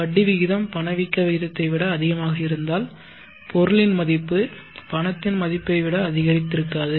வட்டி விகிதம் பணவீக்க விகிதத்தை விட அதிகமாக இருந்தால் பொருளின் மதிப்பு பணத்தின் மதிப்பை விட அதிகரித்திருக்காது